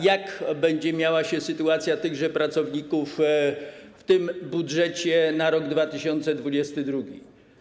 Jak będzie miała się sytuacja tychże pracowników w budżecie na rok 2022?